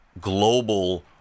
global